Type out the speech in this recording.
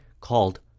called